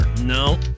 No